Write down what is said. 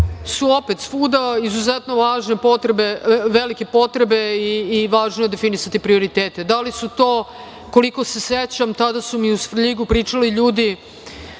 su opet svuda izuzetno velike potrebe i važno je definisati prioritete. Da li su to, koliko se sećam, tada su mi u Svrljigu pričali ljudi